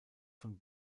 von